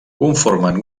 conformen